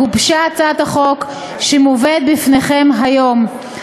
גובשה הצעת החוק שמובאת בפניכם היום.